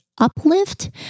uplift